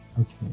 Okay